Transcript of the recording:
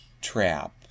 trap